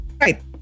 Right